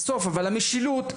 אבל המשילות,